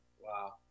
wow